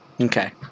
Okay